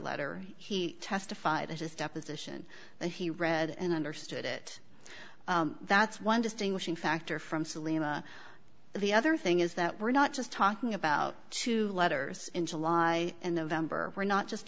letter he testified at his deposition that he read and understood it that's one distinguishing factor from selena the other thing is that we're not just talking about two letters in july and november we're not just